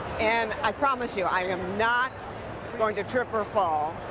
and i promise you, i am not going to trip or fall.